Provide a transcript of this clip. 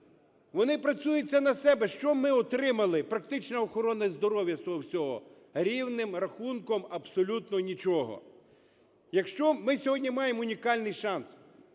вони працюють на себе. Що ми отримали, практично охорона здоров'я, з того всього? Рівним рахунком абсолютно нічого. Ми сьогодні маємо унікальний шанс.